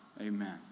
Amen